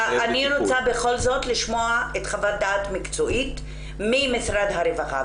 אני רוצה בכל זאת לשמוע חוות דעת מקצועית ממשרד הרווחה,